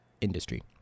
industry